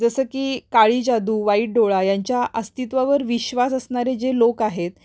जसं की काळी जादू वाईट डोळा यांच्या अस्तित्वावर विश्वास असणारे जे लोक आहेत